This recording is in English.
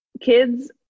kids